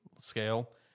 scale